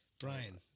Brian